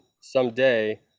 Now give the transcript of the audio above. someday